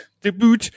Debut